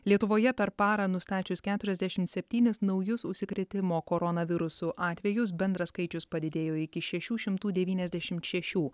lietuvoje per parą nustačius keturiasdešim septynis naujus užsikrėtimo koronavirusu atvejus bendras skaičius padidėjo iki šešių šimtų devyniasdešimt šešių